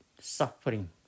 suffering